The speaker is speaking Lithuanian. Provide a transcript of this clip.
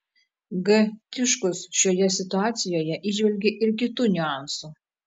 g tiškus šioje situacijoje įžvelgė ir kitų niuansų